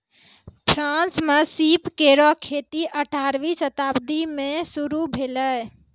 France म सीप केरो खेती अठारहवीं शताब्दी में शुरू भेलै